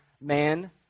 man